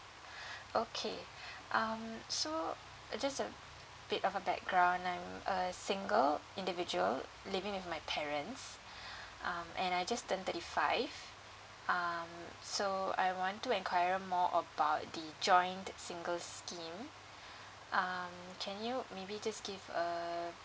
okay um so uh just a bit of the background I'm a single individual living with my parents um and I just turned thirty five um so I want to inquire more about the joint singles scheme um can you maybe just give a